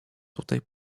tutaj